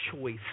choice